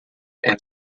and